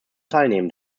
teilnehmen